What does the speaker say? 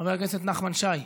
חבר הכנסת נחמן שי,